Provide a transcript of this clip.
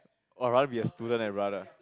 I would rather be a student eh brother